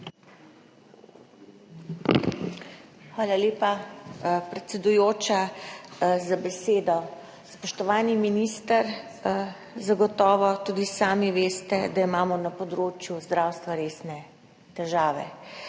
Hvala lepa, predsedujoča, za besedo. Spoštovani minister, zagotovo tudi sami veste, da imamo na področju zdravstva resne težave.